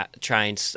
trying